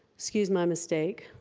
excuse my mistake